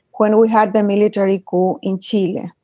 when we had the military coup in chile.